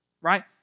right